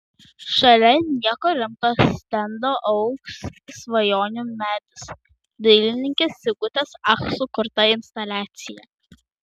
šalia nieko rimto stendo augs svajonių medis dailininkės sigutės ach sukurta instaliacija